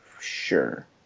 sure